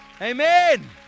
Amen